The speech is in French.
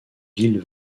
villes